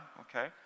okay